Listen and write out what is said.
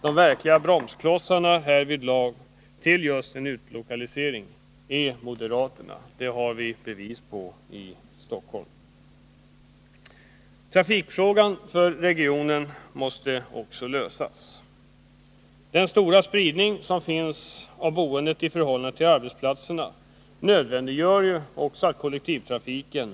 De verkliga bromsklossarna när det gäller en utlokalisering är just moderaterna. Det har vi bevis på i Stockholm. Trafikfrågan för regionen måste också lösas. Den stora spridningen av boendet i förhållande till arbetsplatserna nödvändiggör en kraftig utbyggnad av kollektivtrafiken.